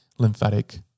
lymphatic